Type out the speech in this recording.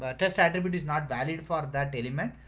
test attribute is not valid for that element.